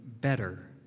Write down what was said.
better